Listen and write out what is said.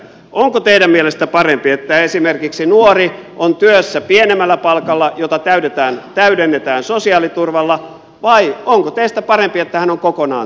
onko teidän mielestänne parempi että esimerkiksi nuori on työssä pienemmällä palkalla jota täydennetään sosiaaliturvalla vai onko teistä parempi että hän on kokonaan työtön